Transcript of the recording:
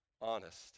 honest